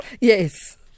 Yes